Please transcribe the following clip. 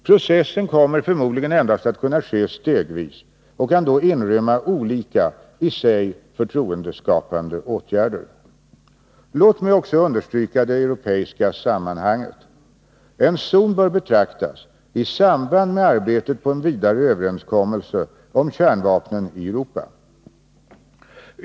Processen kommer förmodligen endast att kunna ske stegvis och kan då inrymma olika i sig förtroendeskapande åtgärder. Låt mig också understryka det europeiska sammanhanget. En zon bör betraktas i samband med arbetet på en vidare överenskommelse om kärnvapen i Europa.